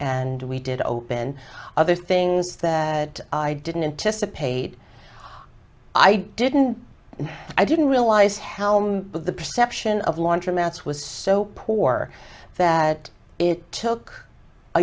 and we did open other things that i didn't anticipate i didn't i didn't realize helm of the perception of laundromats was so poor that it took a